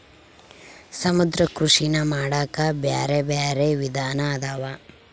ಸಮುದ್ರ ಕೃಷಿನಾ ಮಾಡಾಕ ಬ್ಯಾರೆ ಬ್ಯಾರೆ ವಿಧಾನ ಅದಾವ